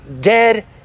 dead